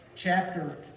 chapter